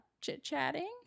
chit-chatting